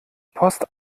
post